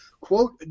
quote